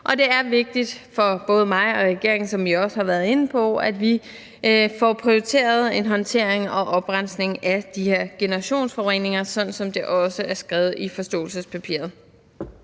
og det er vigtigt for både mig og regeringen, som vi også har været inde på, at vi får prioriteret en håndtering og oprensning af de her generationsforureninger, sådan som det også er skrevet i forståelsespapiret.